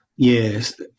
Yes